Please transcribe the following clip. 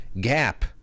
Gap